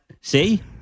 See